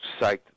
psyched